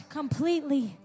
completely